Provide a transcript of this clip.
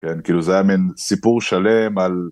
כן, כאילו זה היה מין סיפור שלם על...